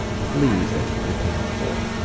please, that's what your paying them for.